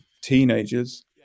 teenagers